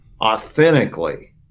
authentically